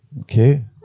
Okay